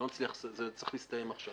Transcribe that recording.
זה צריך להסתיים עכשיו.